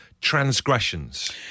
transgressions